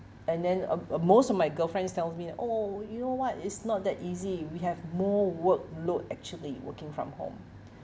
and then uh uh most of my girlfriends tells me that oh you know what it's not that easy we have more work load actually working from home